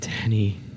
Danny